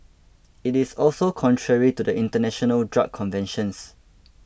it is also contrary to the international drug conventions